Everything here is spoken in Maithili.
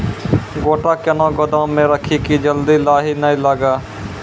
गोटा कैनो गोदाम मे रखी की जल्दी लाही नए लगा?